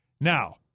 Now